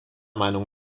meinung